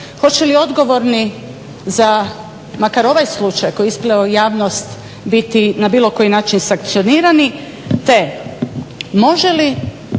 Hoće li odgovorni za makar ovaj slučaj koji je isplivao u javnost biti na bilo koji način sankcionirani, te može li